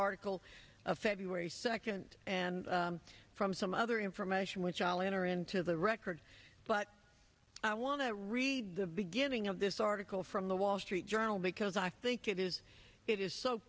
article of february second and from some other information which i'll enter into the record but i want to read the beginning of this article from the wall street journal because i think it is it is so